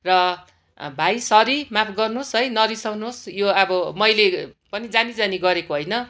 र भाइ सरी माफ गर्नुहोस् है नरिसाउनुहोस् यो अब मैले पनि जाननी जानी गरेको होइन